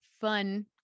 fun